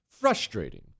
frustrating